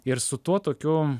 ir su tuo tokiu